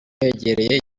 hegereye